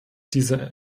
dieser